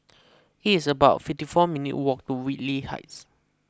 it is about fifty four minutes' walk to Whitley Heights